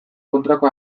kontrako